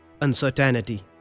uncertainty